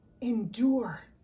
endure